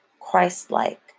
Christ-like